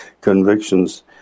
Convictions